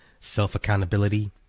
self-accountability